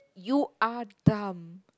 you are dumb